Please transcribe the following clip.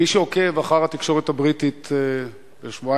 מי שעוקב אחר התקשורת הבריטית בשבועיים